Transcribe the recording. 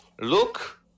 Look